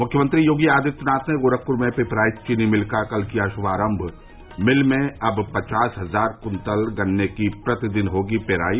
मुख्यमंत्री योगी आदित्यनाथ ने गोरखपुर में पिपराइच चीनी मिल का कल किया शुभारम्भ मिल में अब पचास हजार कुन्तल गन्ने की प्रतिदिन होगी पेराई